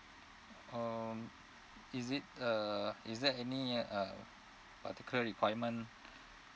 um is it uh is there any uh a particular requirement